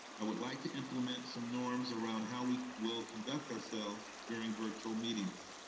i would like to implement some norms around how we will conduct ourselves during virtual meetings.